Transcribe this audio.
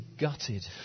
gutted